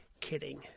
kidding